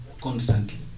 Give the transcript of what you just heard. constantly